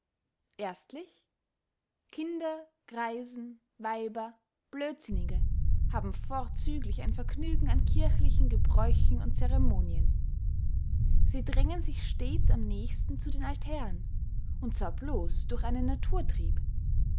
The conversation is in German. erstlich kinder greisen weiber blödsinnige haben vorzüglich ein vergnügen an kirchlichen gebräuchen und ceremonien sie drängen sich stets am nächsten zu den altären und zwar blos durch einen naturtrieb